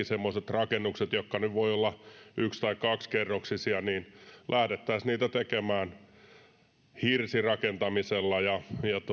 semmoisia rakennuksia jotka nyt voivat olla yksi tai kaksikerroksisia lähdettäisiin tekemään hirsirakentamisella ja